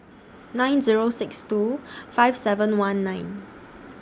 nine Zero six two five seven one nine